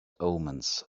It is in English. omens